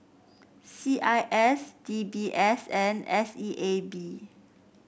C I S D B S and S E A B